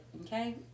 Okay